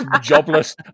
jobless